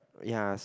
ya